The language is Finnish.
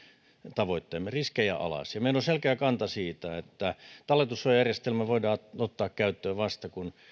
tavoitteemme riskejä alas ja meillä on selkeä kanta siitä että talletussuojajärjestelmä voidaan ottaa käyttöön vasta kun